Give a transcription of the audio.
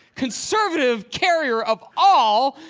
conservative carrier of all,